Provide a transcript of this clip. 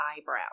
eyebrow